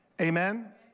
Amen